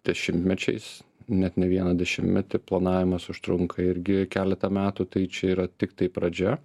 dešimtmečiais net ne vieną dešimtmetį planavimas užtrunka irgi keletą metų tai čia yra tiktai pradžia